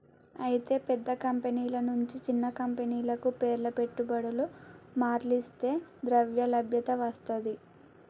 అయితే పెద్ద కంపెనీల నుంచి చిన్న కంపెనీలకు పేర్ల పెట్టుబడులు మర్లిస్తే ద్రవ్యలభ్యత వస్తది